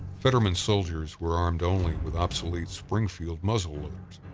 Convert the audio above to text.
fetterman's soldiers were armed only with obsolete springfield muzzle loaders.